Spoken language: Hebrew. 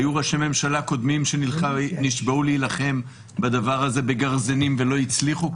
היו ראשי ממשלה קודמים שנשבעו להילחם בדבר הזה בגרזנים ולא הצליחו,